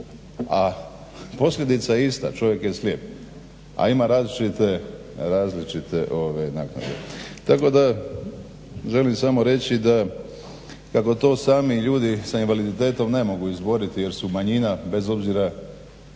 A posljedica je ista, čovjek je slijep a ima različite naknade. Tako da želim samo reći kako to sami ljudi s invaliditetom ne mogu izboriti jer su manjina bez obzira